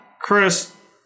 Chris